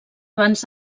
abans